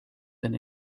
been